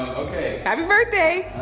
okay. happy birthday.